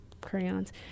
crayons